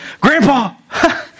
Grandpa